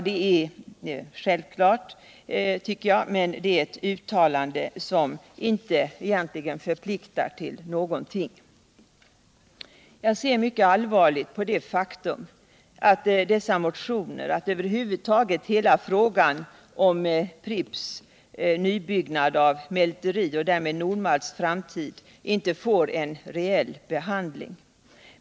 Det är självklart, men det är ett uttalande som egentligen inte förpliktar till någonting. Jag ser mycket allvarligt på det faktum att dessa motioner, och över huvud taget hela frågan om Pripps nybyggnad av ett mälteri och därmed Nord Malts framtid, inte får en reell behandling.